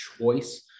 choice